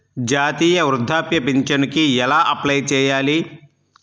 జాతీయ వృద్ధాప్య పింఛనుకి ఎలా అప్లై చేయాలి?